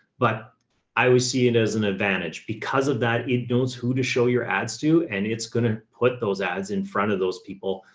but i always see it as an advantage because of that. it knows who to show your ads to. and it's gonna put those ads in front of those people.